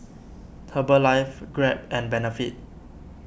Herbalife Grab and Benefit